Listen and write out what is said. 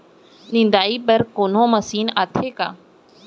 निंदाई बर कोनो मशीन आथे का?